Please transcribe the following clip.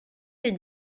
des